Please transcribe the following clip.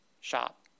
shop